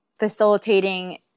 facilitating